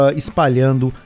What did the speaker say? espalhando